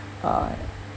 uh